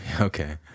Okay